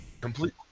complete